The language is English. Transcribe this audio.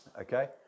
Okay